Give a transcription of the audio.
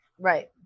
Right